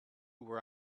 were